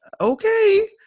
Okay